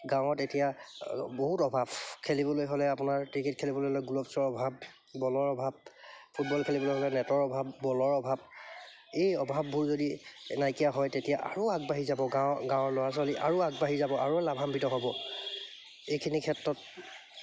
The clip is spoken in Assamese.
গাঁৱত এতিয়া বহুত অভাৱ খেলিবলৈ হ'লে আপোনাৰ ক্ৰিকেট খেলিবলৈ হ'লে গ্ল'ভছৰ অভাৱ বলৰ অভাৱ ফুটবল খেলিবলৈ হ'লে নেটৰ অভাৱ বলৰ অভাৱ এই অভাৱবোৰ যদি নাইকিয়া হয় তেতিয়া আৰু আগবাঢ়ি যাব গাঁৱৰ গাঁৱৰ ল'ৰা ছোৱালী আৰু আগবাঢ়ি যাব আৰু লাভাম্বিত হ'ব এইখিনি ক্ষেত্ৰত